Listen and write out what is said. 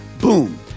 Boom